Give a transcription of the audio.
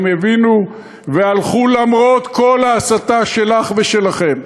הם הבינו והלכו, למרות כל ההסתה שלך ושלכם.